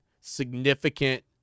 significant